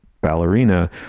ballerina